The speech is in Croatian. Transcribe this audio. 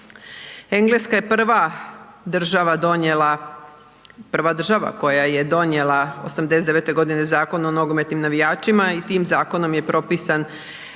donijela, prva država koje je donijela 89. g. zakon o nogometnim navijačima i tim zakonom je propisan